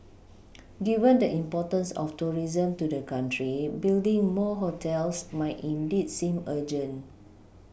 given the importance of tourism to the country building more hotels might indeed seem urgent